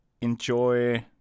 enjoy